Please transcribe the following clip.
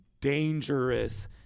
dangerous